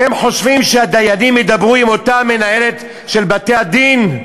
אתם חושבים שהדיינים ידברו עם אותה מנהלת של בתי-הדין?